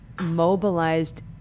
mobilized